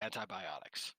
antibiotics